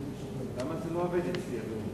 לא עובד אצלי.